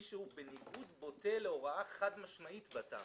שהוא בניגוד בוטה להוראה חד-משמעית בתמ"א.